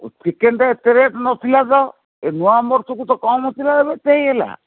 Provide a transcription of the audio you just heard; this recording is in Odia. ଚିକେନ୍ଟା ଏତେ ରେଟ୍ ନଥିଲା ତ ଏ ନୂଆବର୍ଷକୁ ତ କମ ଥିଲା ଏବେ ସେ ଏତେ ହେଇଗଲା